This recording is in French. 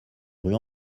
rue